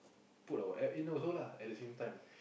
put our App in also lah at the same time